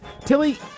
Tilly